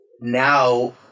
now